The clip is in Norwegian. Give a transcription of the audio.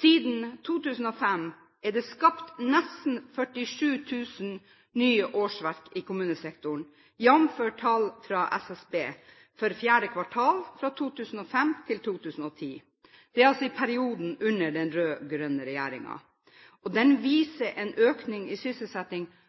Siden 2005 er det skapt nesten 47 000 nye årsverk i kommunesektoren, jf. tall fra Statistisk sentralbyrå for fjerde kvartal fra 2005 til 2010. Det er altså i perioden under den rød-grønne regjeringen. Den viser en økning i sysselsetting